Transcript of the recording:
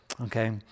Okay